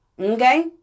okay